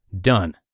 Done